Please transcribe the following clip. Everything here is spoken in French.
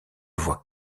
voit